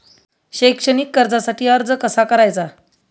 शैक्षणिक कर्जासाठी अर्ज कसा करायचा?